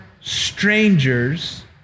strangers